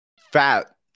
fat